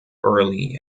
early